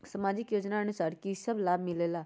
समाजिक योजनानुसार कि कि सब लाब मिलीला?